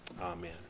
Amen